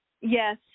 Yes